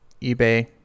ebay